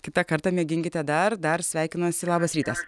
kitą kartą mėginkite dar dar sveikinuosi labas rytas